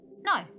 No